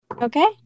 okay